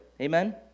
amen